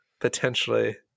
potentially